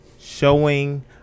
showing